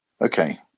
Okay